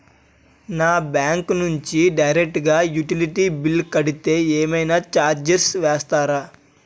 నా బ్యాంక్ నుంచి డైరెక్ట్ గా యుటిలిటీ బిల్ కడితే ఏమైనా చార్జెస్ వేస్తారా?